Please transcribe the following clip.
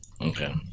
Okay